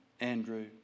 Andrew